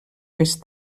més